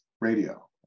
radio